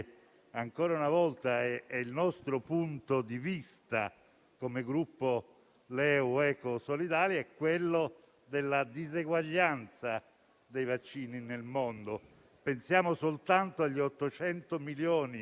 ancora una volta è il nostro punto di vista come Gruppo Misto-Liberi e Uguali-Ecosolidali, è quello della diseguaglianza dei vaccini nel mondo. Pensiamo soltanto agli 800 milioni